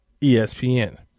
ESPN